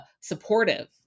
supportive